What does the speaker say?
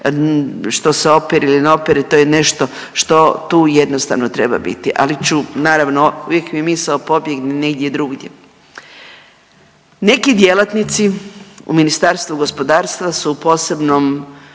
što se opiru ili ne opiru to je nešto što tu jednostavno treba biti. Ali ću naravno uvijek mi misao pobjegne negdje drugdje. Neki djelatnici u Ministarstvu gospodarstava su u posebnom